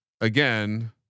again